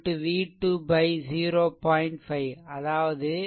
5 அதாவது v2 0 0